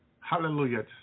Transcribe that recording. hallelujah